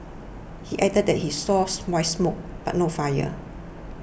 he added that he saws white smoke but no fire